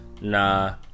Nah